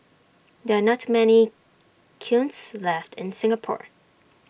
there are not many kilns left in Singapore